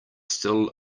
still